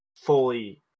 fully